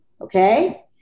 okay